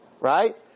right